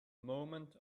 moment